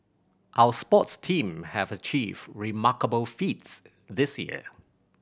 our sports team have achieved remarkable feats this year